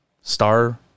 Star